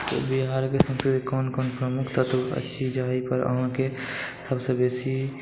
बिहारके संस्कृतिके कोन कोन प्रमुख तत्व अछि जाहि पर अहाँकेँ सबसे बेसी